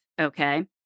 okay